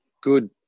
good